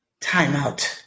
timeout